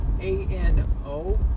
A-N-O-